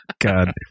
God